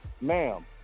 Ma'am